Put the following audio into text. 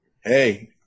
Hey